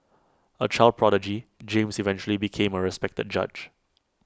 A child prodigy James eventually became A respected judge